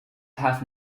have